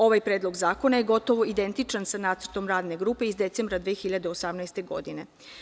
Ovaj predlog zakona je gotovo identičan sa nacrtom radne grupe iz decembra 2018. godine.